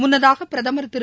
முன்னதாக பிரதமர் திரு